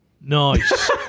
Nice